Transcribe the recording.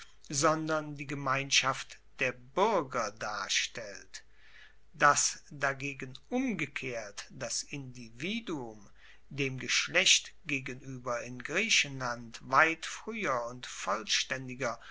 sondern die gemeinschaft der buerger darstellt dass dagegen umgekehrt das individuum dem geschlecht gegenueber in griechenland weit frueher und vollstaendiger